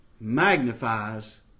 magnifies